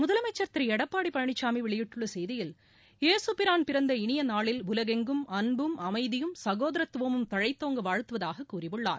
முதலமைச்சர் திரு எடப்பாடி பழனிசாமி வெளியிட்டுள்ள செய்தியில் இயேசுபிரான் பிறந்த இளிய நாளில் உலகெங்கும் அன்பும் அமைதியும் சகோரத்துவமும் தழைத்தோங்க வாழ்த்துவதாக கூறியுள்ளார்